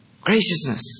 Graciousness